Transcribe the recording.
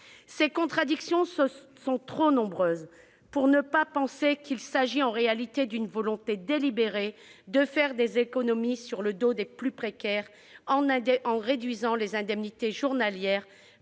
Ces contradictions sont trop nombreuses pour ne pas penser qu'il s'agit en réalité d'une volonté délibérée de faire des économies sur le dos des plus précaires, en réduisant les indemnités journalières